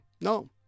No